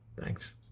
Thanks